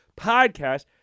podcast